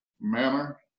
manner